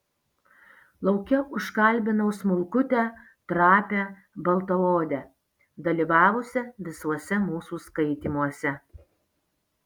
lauke užkalbinau smulkutę trapią baltaodę dalyvavusią visuose mūsų skaitymuose